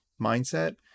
mindset